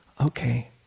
Okay